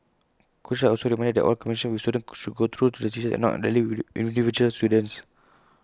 coaches are also reminded that all communication with students should go through the teachers and not directly with individual students